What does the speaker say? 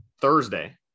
Thursday